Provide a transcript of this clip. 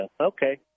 Okay